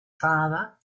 father